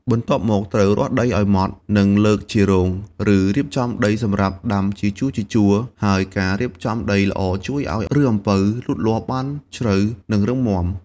បន្ទាប់មក ត្រូវរាស់ដីឱ្យម៉ត់ និង លើកជារង ឬរៀបចំដីសម្រាប់ដាំជាជួរៗ ហើយការរៀបចំដីល្អជួយឱ្យឫសអំពៅលូតលាស់បានជ្រៅ និងរឹងមាំ។